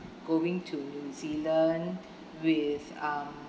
going to new zealand with um